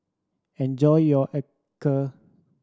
enjoy your acar